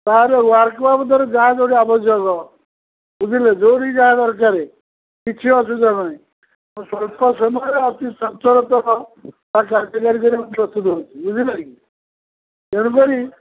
ତାହେଲେ ୱାର୍କ ବାବଦରେ ଯାହା ଯୋଉଠି ଆବଶ୍ୟକ ବୁଝିଲେ ଯୋଉଠିକି ଯାହା ଦରକାରେ କିଛି ଅସୁବିଧା ନାହିଁ ମୁଁ ସ୍ୱଳ୍ପ ସମୟରେ ଅତି ସଚ୍ଚୋଟତା ସହ ତାକୁ କାର୍ଯ୍ୟକାରୀ କରିବାକୁ ପ୍ରସ୍ତୁତ ଅଛି ବୁଝିଲେକି ତେଣୁକରି